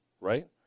right